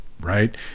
right